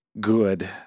Good